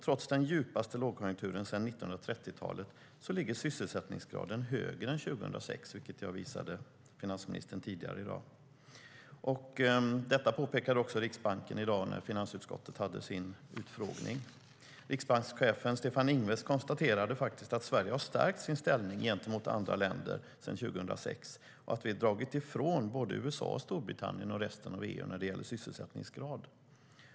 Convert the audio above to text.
Trots den djupaste lågkonjunkturen sedan 1930-talet ligger sysselsättningsgraden högre än 2006, vilket jag visade finansministern tidigare i dag. Detta påpekades också från Riksbanken i dag när finansutskottet hade sin utfrågning. Riksbankschefen Stefan Ingves konstaterade faktiskt att Sverige har stärkt sin ställning gentemot andra länder sedan 2006 och dragit ifrån USA, Storbritannien och resten av EU när det gäller sysselsättningsgrad.